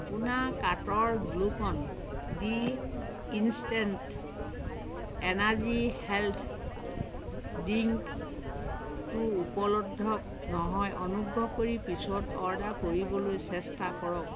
আপোনাৰ কাৰ্টৰ Glucon D instant energy health ড্ৰিংকটো উপলব্ধ নহয় অনুগ্ৰহ কৰি পিছত অৰ্ডাৰ কৰিবলৈ চেষ্টা কৰক